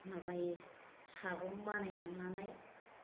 माबायो सागं बानायनानै लानाय